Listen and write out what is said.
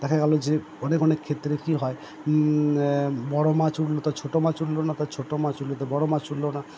দেখা গেলো যে অনেক অনেক ক্ষেত্রে কি হয় বড়ো মাছ উঠলো তো ছোটো মাছ উঠলো না ছোটো মাছ উঠলো তো বড়ো মাছ উঠলো না